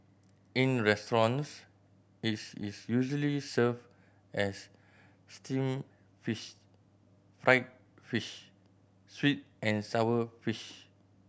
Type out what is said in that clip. in restaurants its is usually served as steamed fish fried fish sweet and sour fish